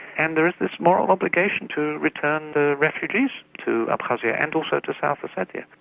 and there is this moral obligation to return the refugees to abkhazia and also to south ossetia.